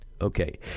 Okay